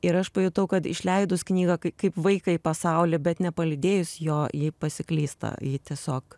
ir aš pajutau kad išleidus knygą kaip vaikai pasaulį bet nepalydėjus jo ji pasiklysta ji tiesiog